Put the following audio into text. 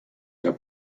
der